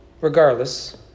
Regardless